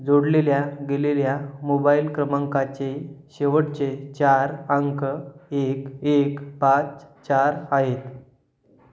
जोडलेल्या गेलेल्या मोबाईल क्रमांकाचे शेवटचे चार अंक एक एक पाच चार आहेत